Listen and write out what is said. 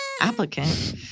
Applicant